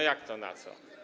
Jak to, na co?